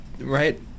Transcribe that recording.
right